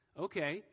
Okay